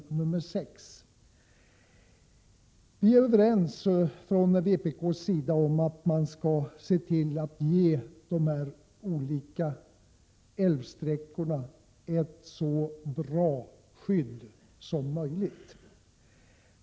Inom vpk är vi överens om att man bör se till att de olika älvsträckorna får ett så bra skydd som möjligt.